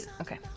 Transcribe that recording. Okay